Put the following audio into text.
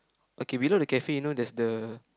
okay below the cafe you know there's the